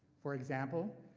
for example,